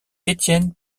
étienne